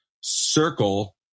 circle